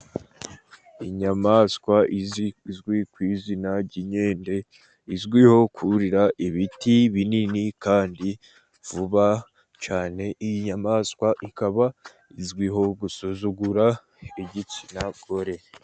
Inyamaswa zizwi ku izina ry'inkende, izwiho kurira ibiti binini, kandi vuba. Iyi nyamaswa ikaba izwiho gusuzugura igitsinagore.